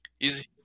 Easy